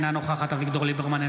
אינה נוכחת אביגדור ליברמן,